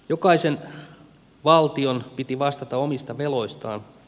jokaisen valtion piti vastata omista veloistaan